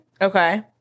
Okay